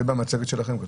זה כתוב במצגת שלכם.